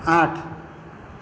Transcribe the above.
આઠ